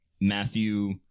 Matthew